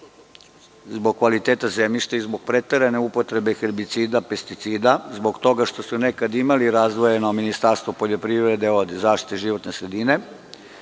zbog kvaliteta zemljišta i zbog preterane upotrebe herbicida, pesticida, zbog toga što su nekad imali razdvojeno ministarstvo poljoprivrede od zaštite životne sredine,